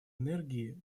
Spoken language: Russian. энергии